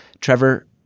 Trevor